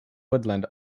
woodland